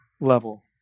level